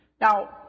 Now